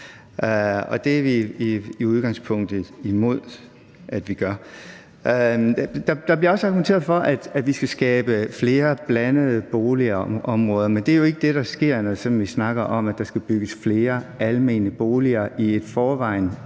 det er vi i udgangspunktet imod at vi gør. Der bliver også argumenteret for, at vi skal skabe flere blandede boligområder. Men det er jo ikke det, der sker, når vi sådan snakker om, at der skal bygges flere almene boliger i et i forvejen